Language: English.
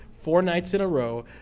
four nights in a row.